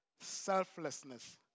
selflessness